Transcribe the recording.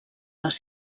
les